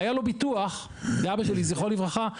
והיה לו ביטוח לאבא שלי זכרונו לבכרה,